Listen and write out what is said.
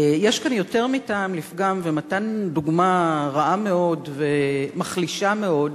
יש כאן יותר מטעם לפגם ומתן דוגמה רעה מאוד ומחלישה מאוד